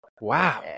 wow